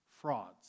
Frauds